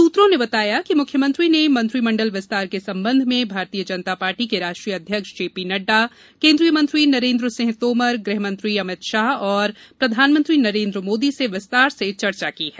सूत्रों ने बताया कि मुख्यमंत्री ने मंत्री मंडल विस्तार के संबंध में भारतीय जनता पार्टी के अध्यक्ष जे पी नड्डा केन्द्रीय मंत्री नरेन्द्र सिंह तोमर गृहमंत्री अमित शाह और प्रधानमंत्री नरेन्द्र मोदी से विस्तार से चर्चा की है